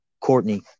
Courtney